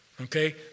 Okay